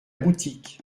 boutique